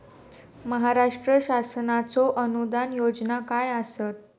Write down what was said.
महाराष्ट्र शासनाचो अनुदान योजना काय आसत?